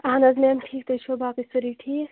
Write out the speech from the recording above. اہن حظ میم ٹھیٖک تُہۍ چھوا باقٕے سٲری ٹھیٖک